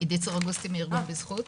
עדית סרגוסטי מארגון בזכות.